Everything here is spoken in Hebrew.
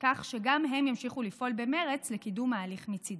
כדי שגם הם ימשיכו לפעול במרץ לקידום ההליך מצידם.